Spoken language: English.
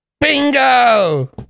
Bingo